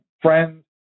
Friends